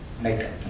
makeup